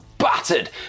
battered